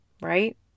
right